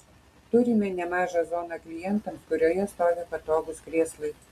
turime nemažą zoną klientams kurioje stovi patogūs krėslai